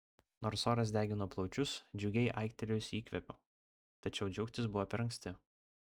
nors oras degino plaučius džiugiai aiktelėjusi įkvėpiau tačiau džiaugtis buvo per anksti